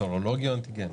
סרולוגי או אנטיגני?